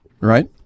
right